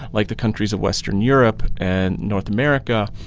like the countries of western europe and north america,